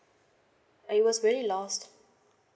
it was very lost